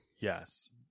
Yes